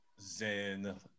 zen